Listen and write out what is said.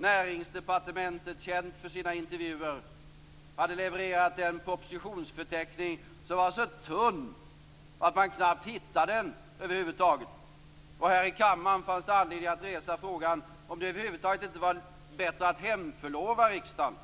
Näringsdepartementet, känt för sina intervjuer, hade levererat en propositionsförteckning som var så tunn att man knappt hittade den över huvud taget. Här i kammaren fanns det anledning att resa frågan om det över huvud taget inte var bättre att hemförlova riksdagen,